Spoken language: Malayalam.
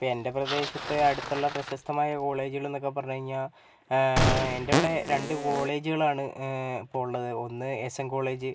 എൻ്റെ പ്രദേശത്തെ അടുത്തുള്ള പ്രശസ്തമായ കോളേജുകളെന്നൊക്കെ പറഞ്ഞുകഴിഞ്ഞാൽ എൻ്റെ അവിടെ രണ്ട് കോളേജുകളാണ് ഇപ്പോൾ ഉള്ളത് ഒന്ന് എസ് എൻ കോളേജ്